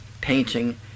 painting